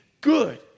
good